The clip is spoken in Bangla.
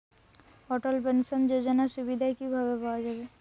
অটল পেনশন যোজনার সুবিধা কি ভাবে পাওয়া যাবে?